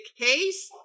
case